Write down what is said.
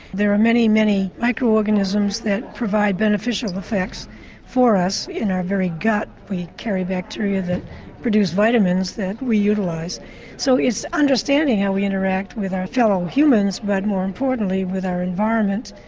there are many, many micro-organisms that provide beneficial effects for us. in our very gut we carry bacteria that produce vitamins that we utilise, so it's understanding how we interact with our fellow humans but more importantly with our environment,